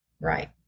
Right